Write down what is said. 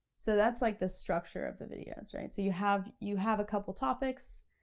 so that's like the structure of the videos, right? so you have you have a couple topics,